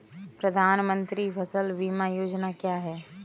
प्रधानमंत्री फसल बीमा योजना क्या है?